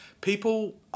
People